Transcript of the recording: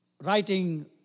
writing